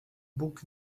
bóg